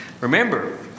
Remember